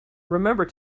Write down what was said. remember